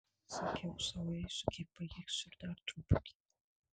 sakiau sau eisiu kiek pajėgsiu ir dar truputį